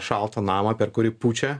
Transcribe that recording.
šaltą namą per kurį pučia